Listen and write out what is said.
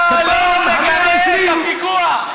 אתה שותף לטרור.